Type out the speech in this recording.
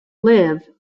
live